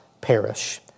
perish